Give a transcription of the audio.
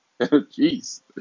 Jeez